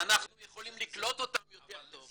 אנחנו יכולים לקלוט אותם יותר טוב.